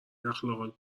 اخلاقات